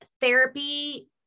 therapy